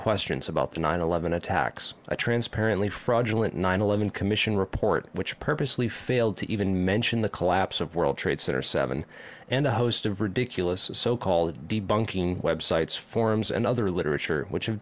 questions about the nine eleven attacks transparently fraudulent nine eleven commission report which purposely failed to even mention the collapse of world trade center seven and a host of ridiculous so called debunking websites forums and other literature which